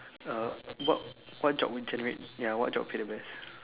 uh what what job would generate ya what job would be the best